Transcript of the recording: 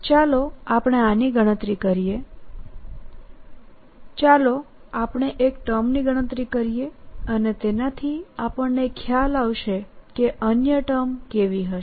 ચાલો આપણે આની ગણતરી કરીએચાલો આપણેએક ટર્મની ગણતરી કરીએ અને તેનાથી આપણને ખ્યાલ આવશે કે અન્ય ટર્મ કેવી હશે